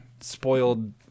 spoiled